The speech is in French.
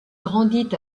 grandit